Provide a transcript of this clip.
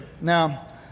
Now